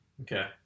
Okay